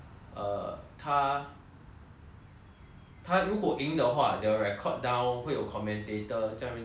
他如果赢的话 they will record down 会有 commentator 在那边讲话 in between like uh the matches